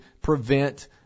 prevent